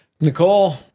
Nicole